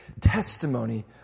testimony